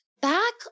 back